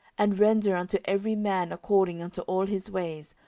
and render unto every man according unto all his ways,